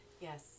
Yes